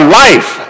life